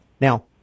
Now